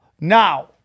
now